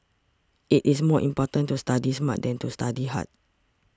it is more important to study smart than to study hard